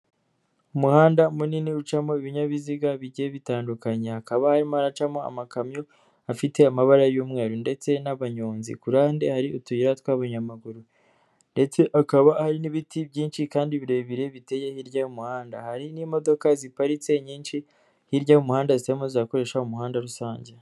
Umuhanda munini ucamo ibinyabiziga bijye bitandukanye, hakaba harimo nacamo amakamyo afite amabara y'umweru ndetse n'abanyonzi. Ku ruhande hari utuyira tw'abanyamaguru. Ndetse kaba hari n'ibiti byinshi kandi birebire biteye hirya y'umuhanda. Hari n'imodoka ziparitse nyinshi, hirya y'umuhanda zitarimo zirakoresha umuhanda rusange.